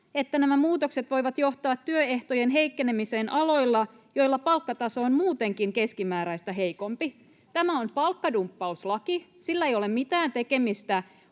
että nämä muutokset voivat johtaa työehtojen heikkenemiseen aloilla, joilla palkkataso on muutenkin keskimääräistä heikompi. Tämä on palkkadumppauslaki. Sillä ei ole mitään tekemistä